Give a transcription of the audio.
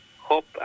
hope